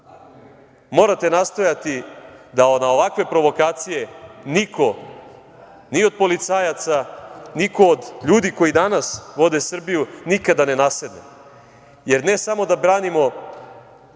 morate nastojati da na ovakve provokacije niko, ni od policajaca, niko od ljudi koji danas vode Srbiju, nikada ne nasedne, jer ne samo da branimo